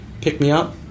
pick-me-up